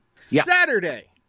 Saturday